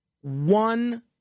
one